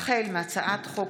החל בהצעת חוק